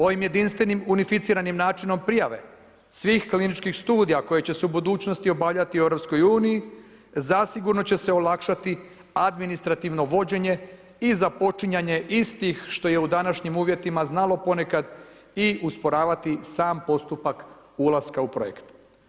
Ovim jedinstvenim unificiranim načinom prijave svih kliničkih studija koji će se u budućnosti obavljati u EU zasigurno će se olakšati administrativno vođenje i započinjanje istih, što je u današnjim uvjetima znalo ponekad i usporavati sam postupak ulaska u projekt.